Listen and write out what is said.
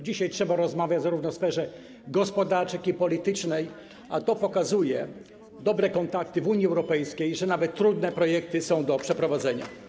Dzisiaj trzeba rozmawiać zarówno w sferze gospodarczej, jak i w sferze politycznej, a to pokazuje dobre kontakty w Unii Europejskiej i to, że nawet trudne projekty są do przeprowadzenia.